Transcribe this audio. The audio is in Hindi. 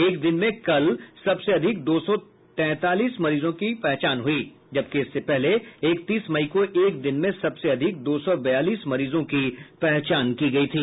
एक दिन में कल सबसे अधिक दो सौ तैंतालीस मरीजों की पहचान हुई जबकि इससे पहले एकतीस मई को एक दिन में सबसे अधिक दो सौ बयालीस मरीजों की पहचान हुई थी